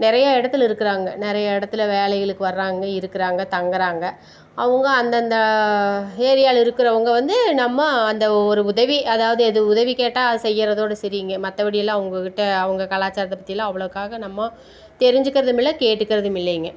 நிறையா இடத்துல இருக்கிறாங்க நிறைய இடத்துல வேலைகளுக்கு வர்றாங்க இருக்கிறாங்க தங்குறாங்க அவங்க அந்தந்த ஏரியாவில் இருக்கிறவங்க வந்து நம்ம அந்த ஒரு உதவி அதாவது எது உதவி கேட்டால் அதை செய்கிறது அதோடு சரிங்க மற்றபடியெல்லாம் அவங்கக்கிட்ட அவங்க கலாச்சாரத்தை பற்றியெல்லாம் அவ்வளோக்காக நம்ம தெரிஞ்சுக்கிறதும் இல்லை கேட்டுக்கிறதும் இல்லைங்க